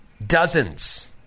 Dozens